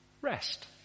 rest